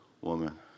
woman